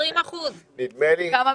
20 אחוזים.